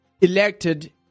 elected